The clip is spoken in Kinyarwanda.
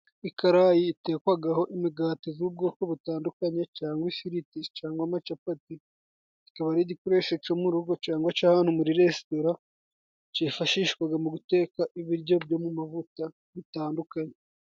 Ikarayi itekwaho imigati y'ubwoko butandukanye, cyangwa ifiriti, cyangwa amacapati, kikaba n'igikoresho cyo mu rugo cyangwa muri resitora, cyifashishwa mu guteka ibiryo byo mu mavuta bitandukanye.